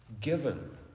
given